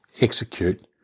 execute